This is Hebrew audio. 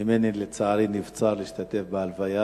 לצערי, נבצר ממני להשתתף בהלוויה.